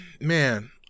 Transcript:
man